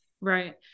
Right